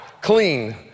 clean